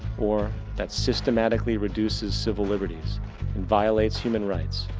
or that systematicly reduces several libertys and violates human rights,